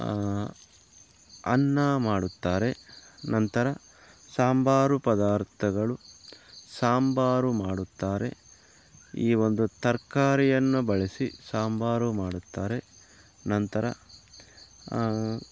ಅನ್ನ ಮಾಡುತ್ತಾರೆ ನಂತರ ಸಾಂಬಾರು ಪದಾರ್ಥಗಳು ಸಾಂಬಾರು ಮಾಡುತ್ತಾರೆ ಈ ಒಂದು ತರಕಾರಿಯನ್ನ ಬಳಸಿ ಸಾಂಬಾರು ಮಾಡುತ್ತಾರೆ ನಂತರ